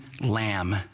lamb